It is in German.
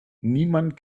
niemand